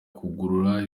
kugura